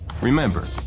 remember